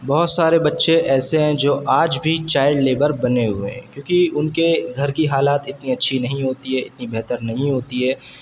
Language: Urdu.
بہت سارے بچے ایسے ہیں جو آج بھی چائیلڈ لیبر بنے ہوئے ہیں کیوں کہ ان کے گھر کی حالات اتنی اچھی نہیں ہوتی ہے اتنی بہتر نہیں ہوتی ہے کہ